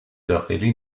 داخلی